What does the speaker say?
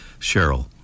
Cheryl